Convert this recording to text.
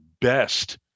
best